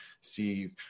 see